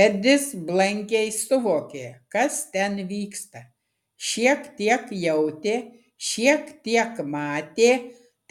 edis blankiai suvokė kas ten vyksta šiek tiek jautė šiek tiek matė